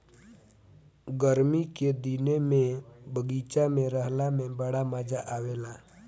गरमी के दिने में बगीचा में रहला में बड़ा मजा आवेला